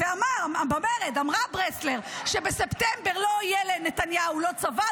ובמרד אמרה ברסלר שבספטמבר לא יהיה לנתניהו לא צבא,